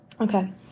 Okay